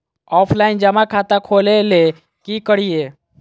Offline जमा खाता खोले ले की करिए?